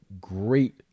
great